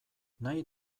nahi